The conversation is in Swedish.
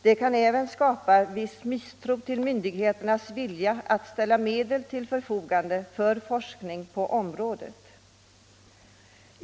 Det kan även skapa misstro mot myndigheternas vilja att ställa medel till förfogande för forskning på området.